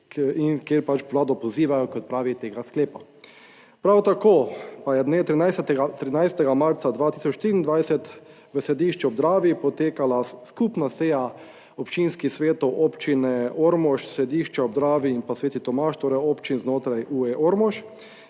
in kjer pač Vlado pozivajo k odpravi tega sklepa. Prav tako pa je dne 13. 13. marca 2023 v Središču ob Dravi potekala skupna seja občinskih svetov občine Ormož, Središče ob Dravi in pa Sveti Tomaž, torej občin znotraj UE Ormož,